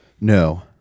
No